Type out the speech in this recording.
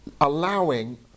allowing